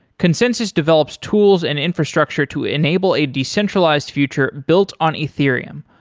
consensys develops tools and infrastructure to enable a decentralized future built on ethereum,